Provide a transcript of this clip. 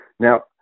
Now